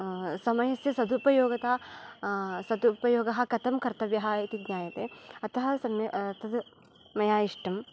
समयस्य सदुपयोगता सदुपयोगः कथं कर्तव्यः इति ज्ञायते अतः सम्य तद् मया इष्टं